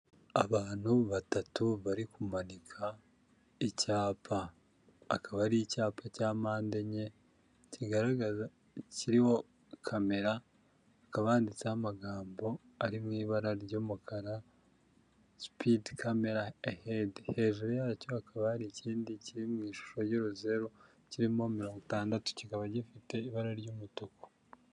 Abantu batatu bari kumanika icyapa akaba ari icyapa cya mpande enye, kiriho kamera hakaba handitseho amagambo ari mu ibara ry'umukara, sipide kamera ahedi. Hejuru yacyo hakaba hari ikindi kiri mu ishusho y'uruzeru kirimo mirongo itandatu kikaba gifite ibara ry'umutuku.